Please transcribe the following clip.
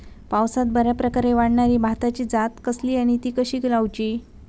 पावसात बऱ्याप्रकारे वाढणारी भाताची जात कसली आणि ती कशी लाऊची?